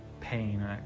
pain